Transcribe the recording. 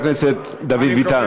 חבר הכנסת דוד ביטן.